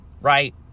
right